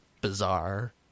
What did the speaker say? bizarre